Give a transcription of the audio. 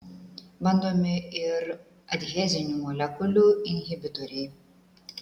bandomi ir adhezinių molekulių inhibitoriai